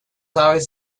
always